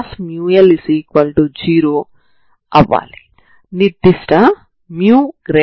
ఈ లైన్ మీ అక్షాంశం అవుతుంది సరేనా